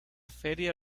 feria